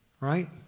Right